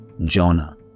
Jonah